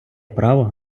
право